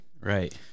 Right